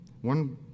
One